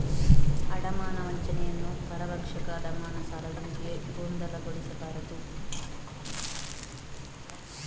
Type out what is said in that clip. ಅಡಮಾನ ವಂಚನೆಯನ್ನು ಪರಭಕ್ಷಕ ಅಡಮಾನ ಸಾಲದೊಂದಿಗೆ ಗೊಂದಲಗೊಳಿಸಬಾರದು